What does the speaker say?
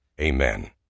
Amen